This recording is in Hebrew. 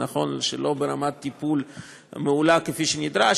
נכון שלא ברמת טיפול מעולה כפי שנדרש,